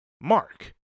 mark